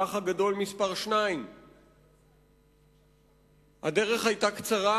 האח הגדול מס' 2. הדרך היתה קצרה